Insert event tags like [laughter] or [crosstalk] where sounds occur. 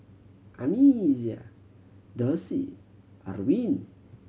Anais [unintelligible] Dossie Arvin